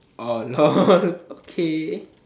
oh lol okay